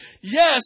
Yes